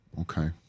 Okay